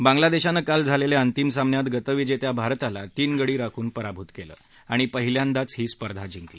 बांगलादेशानं काल झालेल्या अंतिम सामन्यात गतविजेत्या भारताला तीन गडी राखून पराभूत केलं आणि पहिल्यांदाच ही स्पर्धा जिंकली